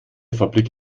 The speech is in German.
fabrik